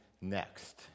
next